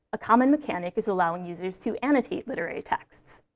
a common mechanic is allowing users to annotate literary texts.